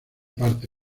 parte